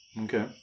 okay